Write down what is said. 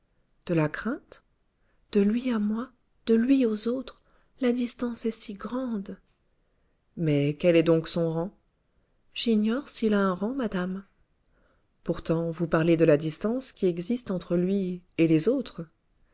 de la crainte de lui à moi de lui aux autres la distance est si grande mais quel est donc son rang j'ignore s'il a un rang madame pourtant vous parlez de la distance qui existe entre lui et les autres